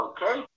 Okay